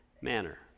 manner